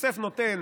יוסף נותן